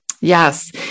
Yes